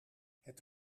het